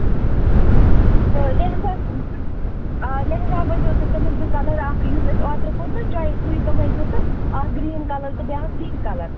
تہٕ لیٚہنٛگاہَس آ لیٚہنٛگا بَنیو تۄہہِ تِمن زٕ کَلر اکھ یُس اَسہِ اوترٕ کوٚر نہ چوَیِز سُے دوپمَو زٕ تہٕ اکھ گریٖن کَلر تہٕ بیٛاکھ پِنٛک کَلر